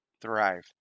Thrive